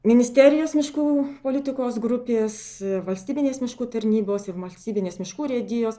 ministerijos miškų politikos grupės valstybinės miškų tarnybos ir valstybinės miškų urėdijos